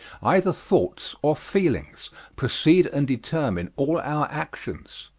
either thoughts or feelings precede and determine all our actions.